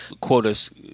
Quotas